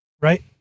Right